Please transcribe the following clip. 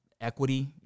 equity